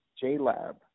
J-Lab